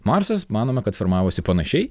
marsas manoma kad formavosi panašiai